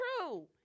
true